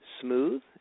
smooth